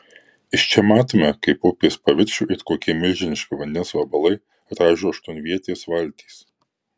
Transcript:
iš čia matome kaip upės paviršių it kokie milžiniški vandens vabalai raižo aštuonvietės valtys